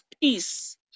peace